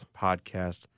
Podcast